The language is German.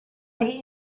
die